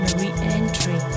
re-entry